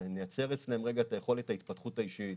נייצר אצלם רגע את יכולת ההתפתחות האישית,